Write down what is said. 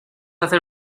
hacer